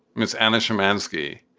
miss anna shymansky.